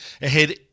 ahead